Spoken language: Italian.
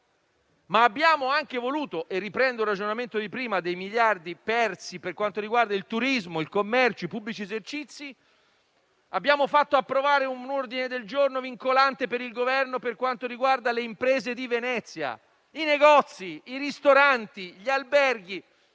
Abbiamo però anche voluto - e riprendo il ragionamento di prima dei miliardi persi per quanto riguarda il turismo, il commercio e i pubblici esercizi - e fatto approvare un ordine del giorno vincolante per il Governo sulle imprese di Venezia, i negozi, i ristoranti e gli alberghi.